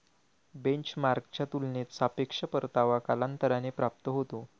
बेंचमार्कच्या तुलनेत सापेक्ष परतावा कालांतराने प्राप्त होतो